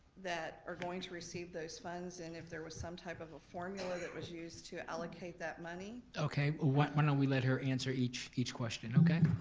that are going to receive those funds and if there was some type of a formula that was used to allocate that money? okay, why don't we let her answer each each question, okay?